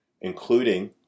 including